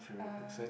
uh